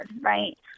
right